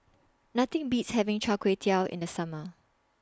Nothing Beats having Char Kway Teow in The Summer